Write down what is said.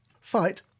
fight